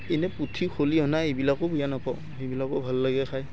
এনেই পুঠি খলিহনা এইবিলাকো বেয়া নাপাওঁ সেইবিলাকো ভাল লাগে খায়